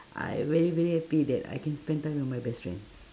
I very very happy that I can spend time with my best friend